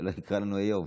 שלא יקרא לנו איוב.